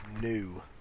new